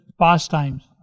pastimes